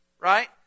right